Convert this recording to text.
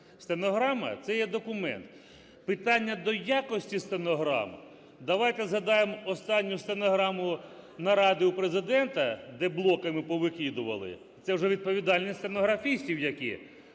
Стенограма – це є документ. Питання до якості стенограм. Давайте згадаємо останню стенограму наради у Президента, де блоками повикидували. Це вже відповідальність стенографістів, які